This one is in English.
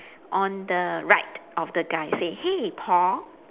on the right of the guy say hey Paul